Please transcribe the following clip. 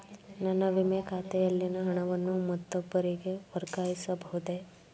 ನನ್ನ ವಿಮೆ ಖಾತೆಯಲ್ಲಿನ ಹಣವನ್ನು ಮತ್ತೊಬ್ಬರಿಗೆ ವರ್ಗಾಯಿಸ ಬಹುದೇ?